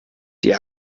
die